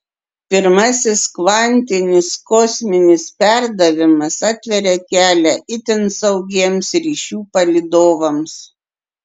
pirmasis kvantinis kosminis perdavimas atveria kelią itin saugiems ryšių palydovams